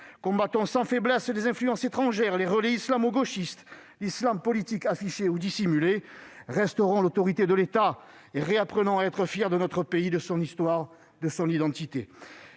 Combattons sans faiblesse les influences étrangères, les relais islamo-gauchistes, l'islam politique affiché ou dissimulé ! Restaurons l'autorité de l'État et réapprenons à être fiers de notre pays, de son histoire, de son identité.